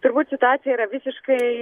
turbūt situacija yra visiškai